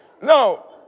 no